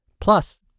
plus